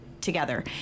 together